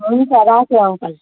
हुन्छ राखेँ अङ्कल